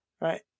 right